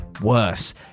worse